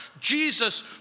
Jesus